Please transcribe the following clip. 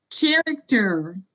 character